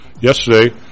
Yesterday